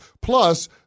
Plus